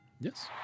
Yes